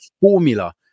formula